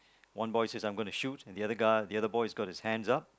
one boy says I'm gonna shoot and the other guy the other boy has got his hands up